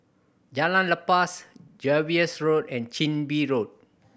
Jalan Lepas Jervois Road and Chin Bee Road